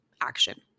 action